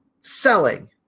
selling